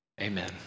Amen